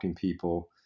people